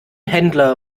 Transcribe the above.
händler